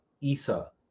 Isa